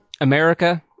America